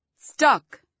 stuck